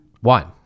One